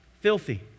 filthy